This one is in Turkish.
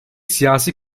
siyasi